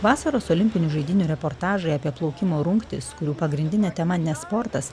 vasaros olimpinių žaidynių reportažai apie plaukimo rungtis kurių pagrindinė tema ne sportas